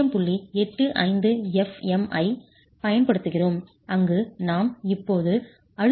85 f'm ஐப் பயன்படுத்துகிறோம் அங்கு நாம் இப்போது அழுத்தத் தடுப்பு அளவுருக்களைப் பயன்படுத்துகிறோம்